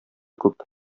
күп